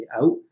out